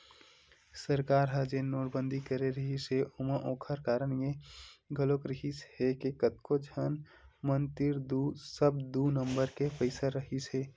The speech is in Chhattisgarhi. सरकार ह जेन नोटबंदी करे रिहिस हे ओमा ओखर कारन ये घलोक रिहिस हे के कतको झन मन तीर सब दू नंबर के पइसा रहिसे हे